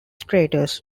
traitors